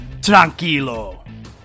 tranquilo